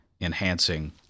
enhancing